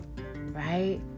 right